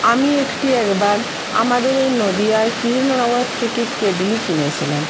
আমি একটি একবার আমাদের এই নদীয়ার কৃষ্ণনগর থেকে কেটলি কিনেছিলাম